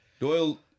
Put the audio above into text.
Doyle